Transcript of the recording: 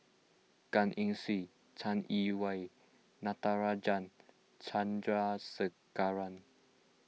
Gan Eng Seng Chai Yee Wei Natarajan Chandrasekaran